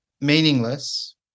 meaningless